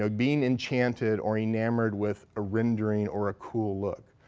ah being enchanted or enamored with a rendering or a cool look.